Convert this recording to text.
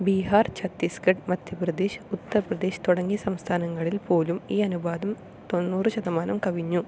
ബിഹാർ ഛത്തീസ്ഗഢ് മധ്യപ്രദേശ് ഉത്തർപ്രദേശ് തുടങ്ങിയ സംസ്ഥാനങ്ങളിൽ പോലും ഈ അനുപാതം തൊണ്ണൂറ് ശതമാനം കവിഞ്ഞു